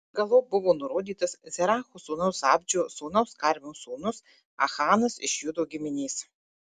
galop buvo nurodytas zeracho sūnaus zabdžio sūnaus karmio sūnus achanas iš judo giminės